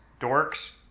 dorks